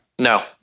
No